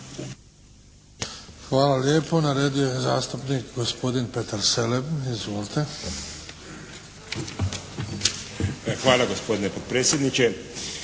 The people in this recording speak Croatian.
Hvala lijepo. Na redu je zastupnik gospodin Petar Selem. Izvolite **Selem, Petar (HDZ)** Hvala gospodine potpredsjedniče.